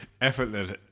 Effortless